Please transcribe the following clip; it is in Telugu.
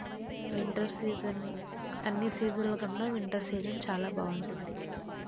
వింటర్ సీజన్ అన్ని సీజన్ల కన్నా వింటర్ సీజన్ చాలా బాగుంటుంది